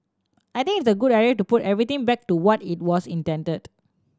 I think it's a good idea to put everything back to what it was intended